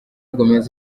gomez